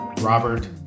Robert